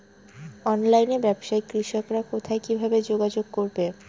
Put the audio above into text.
অনলাইনে ব্যবসায় কৃষকরা কোথায় কিভাবে যোগাযোগ করবে?